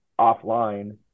offline